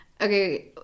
Okay